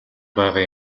байгаа